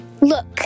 Look